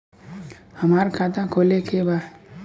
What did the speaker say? हमार खाता खोले के बा?